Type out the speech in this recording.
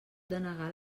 denegar